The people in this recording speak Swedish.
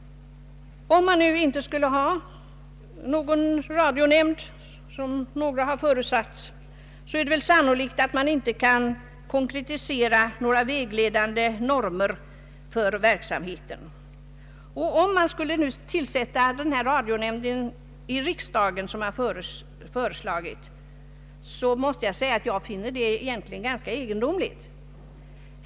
Om man inte hade någon radionämnd — som några föreslagit — är det sannolikt att man inte kunde konkretisera några vägledande normer för verksamheten. Och jag måste säga att jag skulle finna det ganska egendomligt om radionämnden skulle tillsättas av riksdagen, som här föreslagits.